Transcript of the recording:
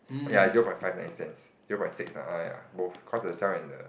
ya zero point five nine cents zero point six lah uh ya both cause they sell in the